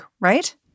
right